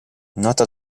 nota